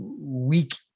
weak